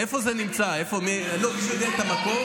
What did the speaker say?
מישהו יודע את המקור?